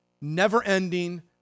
never-ending